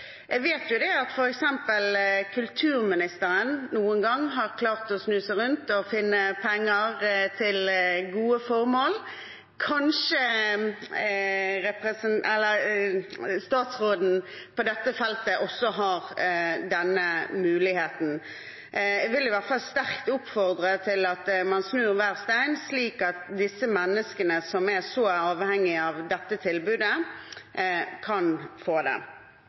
Jeg vet at f.eks. kulturministeren noen ganger har klart å snu seg rundt og finne penger til gode formål. Kanskje statsråden på dette feltet også har denne muligheten? Jeg vil i hvert fall sterkt oppfordre til at man snur hver stein, slik at disse menneskene som er så avhengige av dette tilbudet, kan få det.